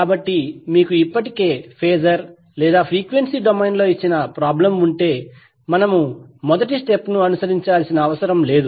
కాబట్టి మీకు ఇప్పటికే ఫేజర్ లేదా ఫ్రీక్వెన్సీ డొమైన్లో ఇచ్చిన ప్రాబ్లం ఉంటే మనము మొదటి స్టెప్ ను అనుసరించాల్సిన అవసరం లేదు